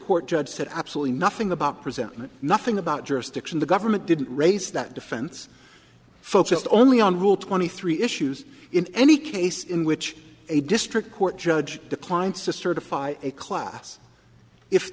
court judge said absolutely nothing about presenting nothing about jurisdiction the government didn't raise that defense focused only on rule twenty three issues in any case in which a district court judge declined to certify a class if